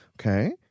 Okay